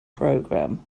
program